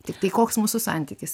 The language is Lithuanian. tiktai koks mūsų santykis